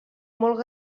molt